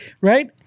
right